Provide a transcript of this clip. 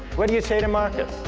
what do you say to marcus?